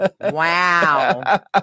Wow